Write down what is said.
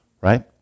Right